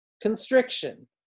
constriction